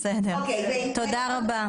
תודה רבה.